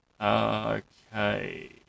Okay